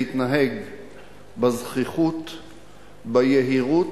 להתנהג בזחיחות, ביהירות,